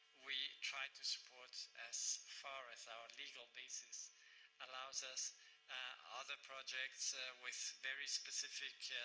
we try to support as far as our legal basis allows us other projects with very specific